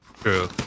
True